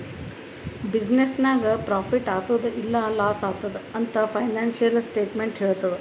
business ನಾಗ್ profit ಆತ್ತುದ್ ಇಲ್ಲಾ ಲಾಸ್ ಆತ್ತುದ್ ಅಂತ್ ಫೈನಾನ್ಸಿಯಲ್ ಸ್ಟೇಟ್ಮೆಂಟ್ ಹೆಳ್ತುದ್